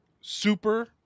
Super